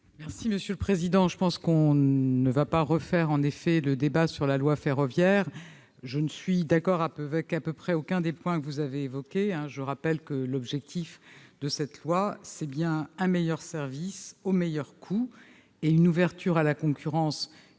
du Gouvernement ? En effet, on ne va pas refaire le débat sur la loi ferroviaire. Je ne suis d'accord avec à peu près aucun des points que vous avez évoqués. Je rappelle que l'objectif de cette loi, c'est bien un meilleur service au meilleur coût, avec une ouverture à la concurrence,